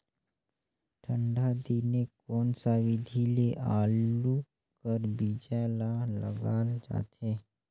ठंडा दिने कोन सा विधि ले आलू कर बीजा ल लगाल जाथे?